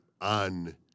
On